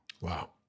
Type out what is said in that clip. Wow